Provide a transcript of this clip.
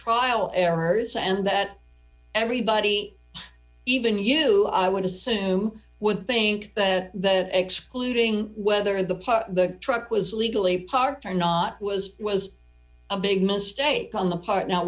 trial errors and that everybody even you i would assume would think that excluding whether the the truck was illegally parked or not was was a big mistake on the part no